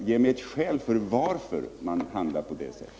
Ge mig ett enda skäl till varför man handlar på det sättet.